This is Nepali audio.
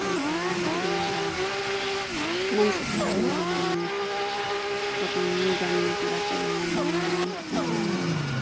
अन्त मैले अब मानिसहरूको लागि बनाउनु पकाउनु जान्ने कुरा चाहिँ अब मम चाउमिन